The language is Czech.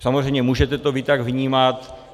Samozřejmě můžete to vy tak vnímat.